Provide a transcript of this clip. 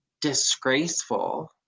disgraceful